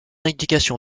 indication